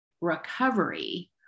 recovery